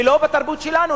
ולא בתרבות שלנו.